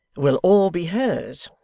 will all be hers,